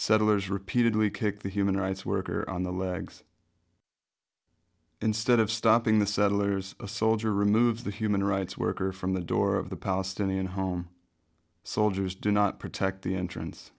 settlers repeatedly kick the human rights worker on the legs instead of stopping the settlers a soldier removes the human rights worker from the door of the palestinian home soldiers do not protect the entrance